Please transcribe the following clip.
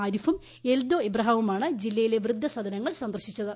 ആരിഫും എൽദോ എബ്രഹാമുമാണ് ജില്ലയിലെ വൃദ്ധസദനങ്ങൾ സന്ദർശിച്ചത്